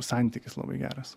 santykis labai geras